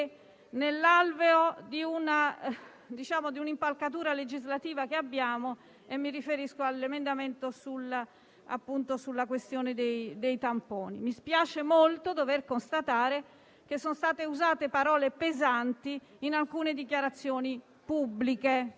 nell'alveo dell'impalcatura legislativa che abbiamo, e mi riferisco all'emendamento sulla questione dei tamponi. Ribadisco che mi spiace molto dover constatare che sono state usate parole pesanti in alcune dichiarazioni pubbliche.